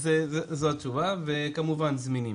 אז זו התשובה וכמובן זמינים.